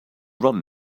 run